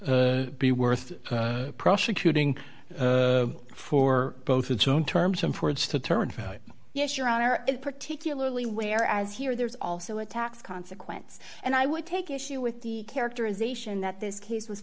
be worth prosecuting for both its own terms and ford's to turn to yes your honor and particularly where as here there's also a tax consequence and i would take issue with the characterization that this case was